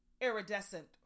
iridescent